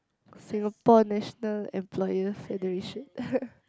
Singapore national employer federation